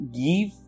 give